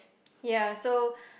ya so